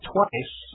Twice